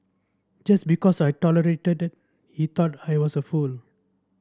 just because I tolerated he thought I was a fool